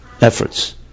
efforts